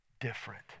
different